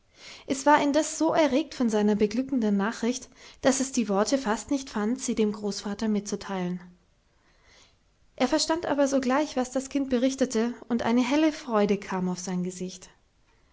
es war indes so erregt von seiner beglückenden nachricht daß es die worte fast nicht fand sie dem großvater mitzuteilen er verstand aber sogleich was das kind berichtete und eine helle freude kam auf sein gesicht